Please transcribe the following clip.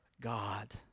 God